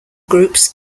groups